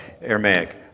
Aramaic